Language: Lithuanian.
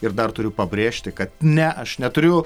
ir dar turiu pabrėžti kad ne aš neturiu